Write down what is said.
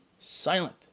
Silent